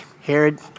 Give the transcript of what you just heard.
Herod